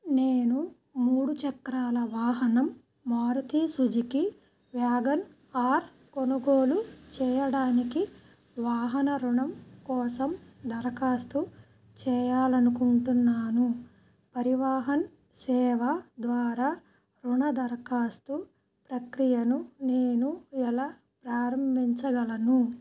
నేను మూడు చక్రాల వాహనం మారుతి సుజుకి వ్యాగన్ ఆర్ కొనుగోలు చెయ్యడానికి వాహన రుణం కోసం దరఖాస్తు చేయాలి అనుకుంటున్నాను పరివాహన్ సేవా ద్వారా రుణ దరఖాస్తు ప్రక్రియను నేను ఎలా ప్రారంభించగలను